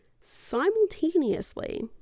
simultaneously